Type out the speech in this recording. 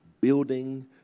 building